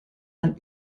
man